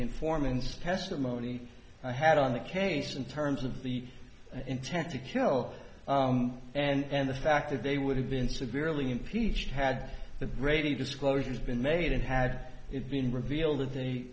informant's testimony i had on the case in terms of the intent to kill and the fact that they would have been severely impeached had the brady disclosures been made and had it been revealed that he